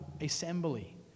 assembly